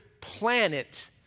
planet